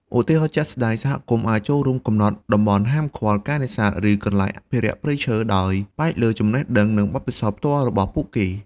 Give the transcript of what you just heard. ឧទាហរណ៍ជាក់ស្ដែង សហគមន៍អាចចូលរួមកំណត់តំបន់ហាមឃាត់ការនេសាទ ឬកន្លែងអភិរក្សព្រៃឈើ ដោយផ្អែកលើចំណេះដឹង និងបទពិសោធន៍ផ្ទាល់របស់ពួកគេ។